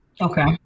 Okay